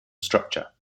structure